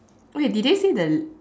okay did they say the